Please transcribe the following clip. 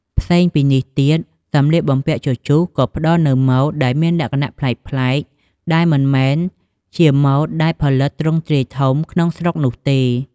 ផ្សេងពីនេះទៀត សម្លៀកបំពាក់ជជុះក៏ផ្ដល់នូវម៉ូដដែលមានលក្ខណៈប្លែកៗ ដែលមិនមែនជាម៉ូដដែលផលិតទ្រង់ទ្រាយធំក្នុងស្រុកនោះទេ។